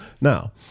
Now